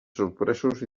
sorpresos